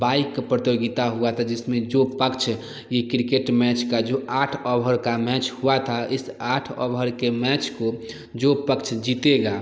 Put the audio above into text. bike प्रतियोगिता हुआ था जिसमें जो पक्ष ये क्रिकेट मैच का जो आठ ओव्हर का मैच हुआ था इस आठ ओव्हर के मैच को जो पक्ष जीतेगा